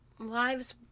Lives